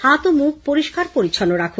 হাত ও মুখ পরিষ্কার পরিচ্ছন্ন রাখুন